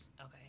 Okay